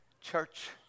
Church